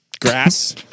grass